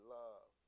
love